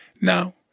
Now